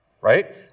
Right